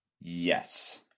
Yes